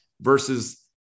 versus